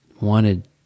wanted